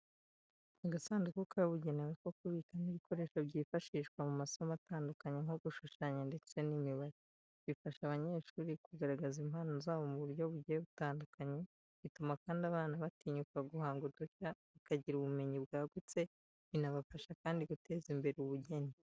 Agasanduku kabugenewe ko kubikamo ibikoresho byifashishwa mu masomo atandukanye nko gushushanya ndetse n'imibare. Bifasha abanyeshuri kugaragaza impano zabo mu buryo bugiye butandukanye, bituma kandi abana batinyuka guhanga udushya, bakagira ubumenyi bwagutse, binabafasha kandi guteza imbere ubugeni.